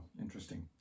interesting